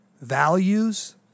values